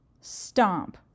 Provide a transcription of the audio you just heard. stomp